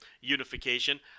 Unification